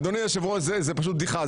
אדוני היושב-ראש, זה פשוט בדיחה.